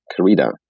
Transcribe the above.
Carida